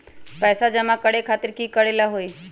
पैसा जमा करे खातीर की करेला होई?